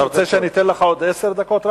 אתה רוצה שאתן לך עוד עשר דקות?